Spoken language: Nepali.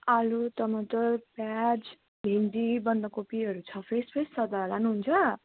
आलु टमाटर प्याज भेन्डी बन्दकोपीहरू छ फ्रेस फ्रेस छ त लानुहुन्छ